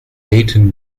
dayton